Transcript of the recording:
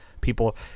people –